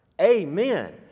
Amen